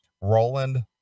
Roland